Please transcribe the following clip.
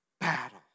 battle